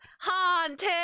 haunted